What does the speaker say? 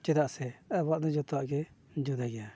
ᱪᱮᱫᱟᱜ ᱥᱮ ᱟᱵᱚᱣᱟᱜ ᱫᱚ ᱡᱚᱛᱚᱣᱟᱜ ᱜᱮ ᱡᱩᱫᱟᱹ ᱜᱮᱭᱟ